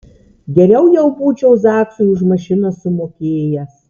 geriau jau būčiau zaksui už mašiną sumokėjęs